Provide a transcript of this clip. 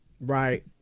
Right